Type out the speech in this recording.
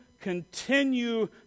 continue